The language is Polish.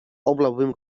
oblałbym